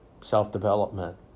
self-development